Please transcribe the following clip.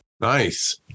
Nice